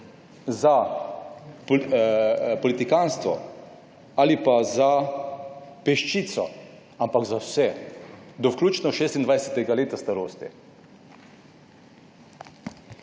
za politikantstvo ali pa za peščico, ampak za vse do vključno 26. leta starosti.